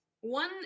one